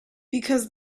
because